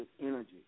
energy